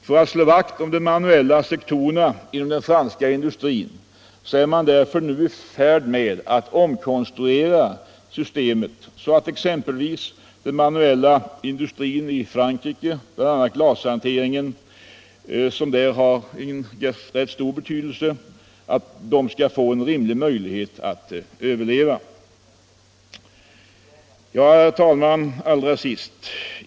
För att slå vakt om de manuella sektorerna inom den franska industrin är man därför nu i färd med att omkonstruera systemet så att exempelvis den manuella industrin i Frankrike, bl.a. glashanteringen, som där har en rätt stor betydelse, skall få rimlig möjlighet att överleva. Allra sist, herr talman!